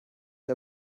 der